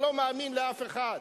פה לא מאמינים לאף אחד,